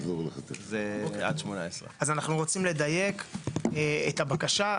זה עד 18. אז אנחנו רוצים לדייק את הבקשה.